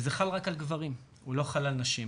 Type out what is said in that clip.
וזה חל רק על גברים, ולא חל על נשים.